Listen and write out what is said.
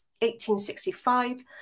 1865